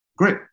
great